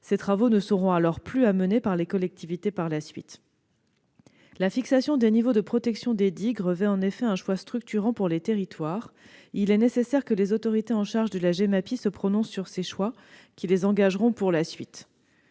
Ces travaux ne seront donc plus à mener par les collectivités par la suite. La fixation des niveaux de protection des digues revêt en effet un choix structurant pour les territoires et il est nécessaire que les autorités chargées de la Gemapi se prononcent sur ces choix, qui les engageront pour la suite.